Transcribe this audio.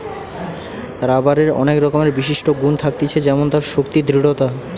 রাবারের অনেক রকমের বিশিষ্ট গুন থাকতিছে যেমন তার শক্তি, দৃঢ়তা